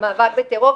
המאבק בטרור,